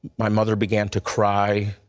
my mother began to cry.